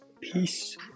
peace